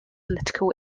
political